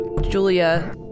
Julia